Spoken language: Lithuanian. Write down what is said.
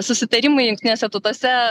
susitarimai jungtinėse tautose